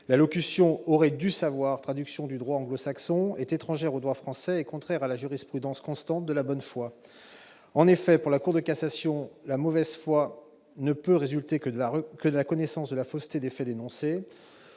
traduction du droit anglo-saxon, est étrangère au droit français et contraire à la jurisprudence constante de la bonne foi. En effet, pour la Cour de cassation, la mauvaise foi « ne peut résulter que de la connaissance de la fausseté des faits dénoncés